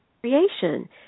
creation